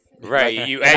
Right